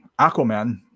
Aquaman